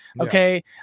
Okay